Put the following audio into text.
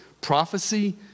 prophecy